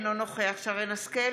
אינו נוכח שרן מרים השכל,